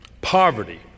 poverty